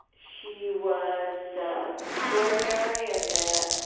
she was extraordinary in that.